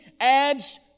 adds